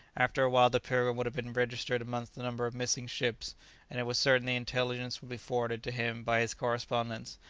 after a while the pilgrim would have been registered amongst the number of missing ships and it was certain the intelligence would be forwarded to him by his correspondents,